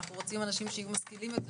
אנחנו רוצים אנשים שיהיו משכילים יותר,